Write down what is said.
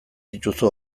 dituzu